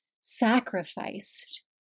sacrificed